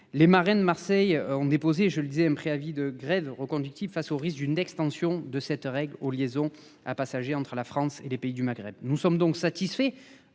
les marins de Marseille ont déposé un préavis de grève reconductible face au risque de l'extension de cette règle aux liaisons régulières à passagers entre la France et les pays du Maghreb. Nous sommes donc satisfaits